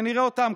ונראה אותם,